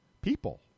People